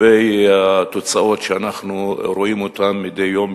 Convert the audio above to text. את המספרים של התוצאות שאנחנו רואים אותן מדי יום,